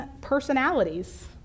personalities